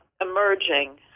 emerging